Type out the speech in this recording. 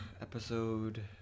Episode